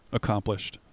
accomplished